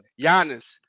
Giannis